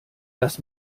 dass